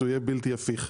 הוא יהיה בלתי הפיך.